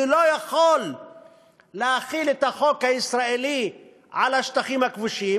אני לא יכול להחיל את החוק הישראלי על השטחים הכבושים,